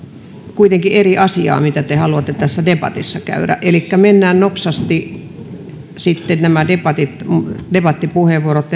kuitenkin eri asiaa mitä te haluatte tässä debatissa käydä elikkä mennään nopsasti sitten nämä debattipuheenvuorot